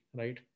right